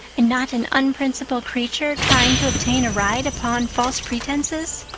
and not an unprincipled creature trying to obtain a ride upon false pretenses?